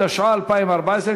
התשע"ה 2014,